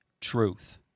truth